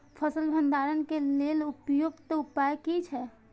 फसल भंडारण के लेल उपयुक्त उपाय कि छै?